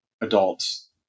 adults